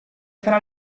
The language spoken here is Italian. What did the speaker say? tra